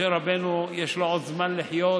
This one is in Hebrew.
משה רבנו, יש לו עוד זמן לחיות